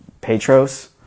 Petros